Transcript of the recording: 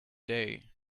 day